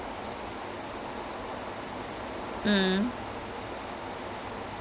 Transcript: ah actually is a is a really good show lah அதுல வந்து:athula vanthu flash is freaking awesome